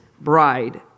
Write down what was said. bride